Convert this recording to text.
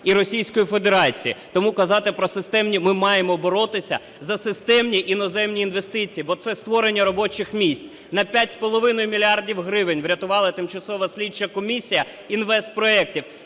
і Російської Федерації. Тому казати про системні… ми маємо боротися за системні іноземні інвестиції, бо це створення робочих місць. На п'ять з половиною мільярдів гривень врятувала тимчасова слідча комісія інвестпроектів.